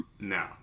No